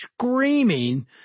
screaming